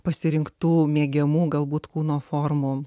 pasirinktų mėgiamų galbūt kūno formų